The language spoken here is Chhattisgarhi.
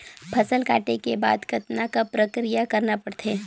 फसल काटे के बाद कतना क प्रक्रिया करना पड़थे?